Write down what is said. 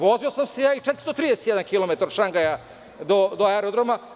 Vozio sam se ja i 431 km od Šangaja do aerodroma.